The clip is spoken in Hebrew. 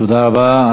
תודה רבה.